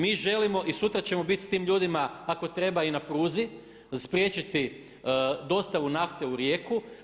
Mi želimo i sutra ćemo bit s tim ljudima ako treba i na pruzi, spriječiti dostavu nafte u Rijeku.